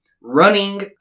running